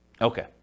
Okay